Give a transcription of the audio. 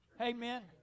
Amen